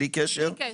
בלי קשר.